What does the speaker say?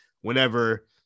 whenever